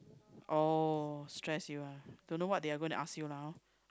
oh stress you ah don't know what they are going to ask lah hor